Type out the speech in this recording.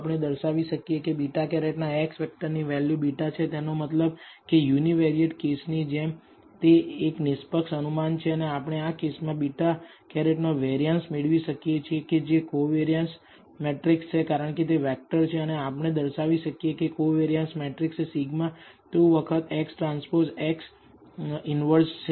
આપણે દર્શાવી શકીએ કે β̂ ના X વેક્ટરની વેલ્યુ β છે તેનો મતલબ કે યુનીવેરીયેટ કેસની જેમ તે એક નિષ્પક્ષ અનુમાન છે અને આપણે આ કેસમાં β̂ નો વેરીયાંસ મેળવી શકીએ છીએ કે જે કોવેરીયાંસ મેટ્રિકસ છે કારણ કે તે વેક્ટર છે અને આપણે દર્શાવી શકીએ કે કોવેરીયાંસ મેટ્રિક એ σ2 વખત X ટ્રાન્સપોઝ X ઈનવર્સ છે